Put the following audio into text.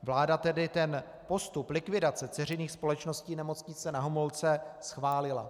Vláda tedy ten postup likvidace dceřiných společností Nemocnice Na Homolce schválila.